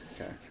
okay